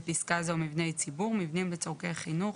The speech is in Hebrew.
בפסקה זו "מבני ציבור" מבנים לצורכי חינוך,